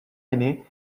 aîné